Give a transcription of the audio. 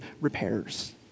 repairs